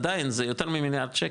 עדיין זה יותר ממיליארד שקל,